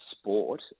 sport